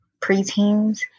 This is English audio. preteens